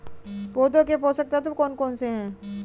पौधों के पोषक तत्व कौन कौन से हैं?